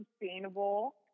sustainable